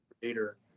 creator